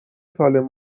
سالمی